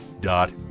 dot